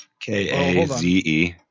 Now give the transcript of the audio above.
k-a-z-e